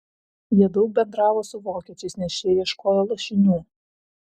jie daug bendravo su vokiečiais nes šie ieškojo lašinių